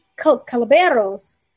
Calaberos